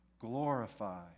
glorify